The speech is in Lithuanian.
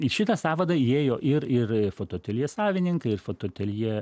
į šitą sąvadą įėjo ir ir fotoateljė savininkai ir fotoateljė